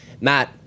Matt